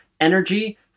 energy